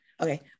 Okay